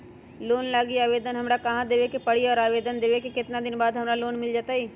Loan लागी आवेदन हमरा कहां देवे के पड़ी और आवेदन देवे के केतना दिन बाद हमरा लोन मिल जतई?